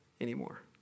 anymore